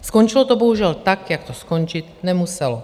Skončilo to bohužel tak, jak to skončit nemuselo.